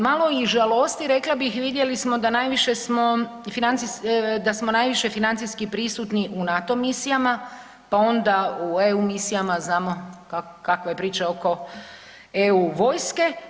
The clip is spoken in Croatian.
Malo i žalosti rekla bih, vidjeli smo da najviše smo, da smo najviše financijski prisutni u NATO misijama, pa onda u EU misijama, znamo kakva je priča oko EU vojske.